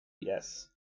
Yes